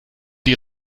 die